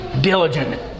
diligent